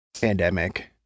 pandemic